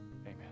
Amen